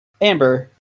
Amber